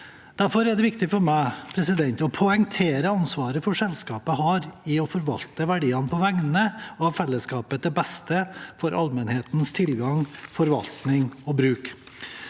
Derfor er det viktig for meg å poengtere det ansvaret selskapet har for å forvalte verdiene på vegne av fellesskapet, til beste for allmennhetens tilgang, forvaltning og bruk.